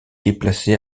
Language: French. déplacé